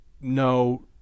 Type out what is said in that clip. no